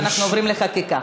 ואנחנו עוברים לחקיקה.